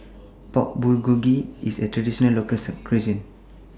Pork Bulgogi IS A Traditional Local Cuisine